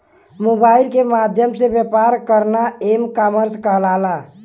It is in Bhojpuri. मोबाइल के माध्यम से व्यापार करना एम कॉमर्स कहलाला